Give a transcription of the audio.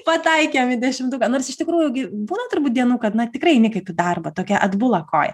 pataikėm į dešimtuką nors iš tikrųjų gi būna dienų kad na tikrai eini kaip į darbą tokia atbula koja